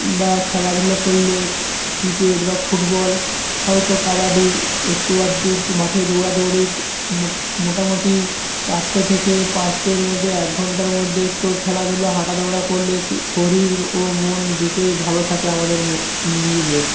বা খেলাধূলা করলে ক্রিকেট বা ফুটবল হয়তো কাবাডি একটু আধটু মাঠে দৌড়াদৌড়ি মোটামুটি চারটে থেকে পাঁচটার মধ্যে একঘন্টার মধ্যে একটু খেলাধূলা হাঁটা দৌড়া করলে শরীর ও মন দুটোই ভালো থাকে আমাদের নিজেদের